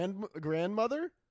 Grandmother